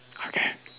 okay